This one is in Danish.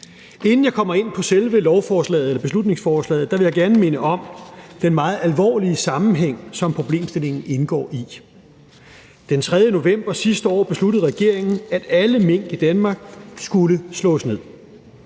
Inden jeg kommer ind på selve beslutningsforslaget, vil jeg gerne minde om den meget alvorlige sammenhæng, som problemstillingen indgår i. Den 3. november sidste år besluttede regeringen, at alle mink i Danmark skulle slås ned.